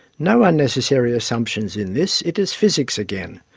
no unnecessary assumptions in this it is physics again.